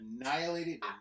annihilated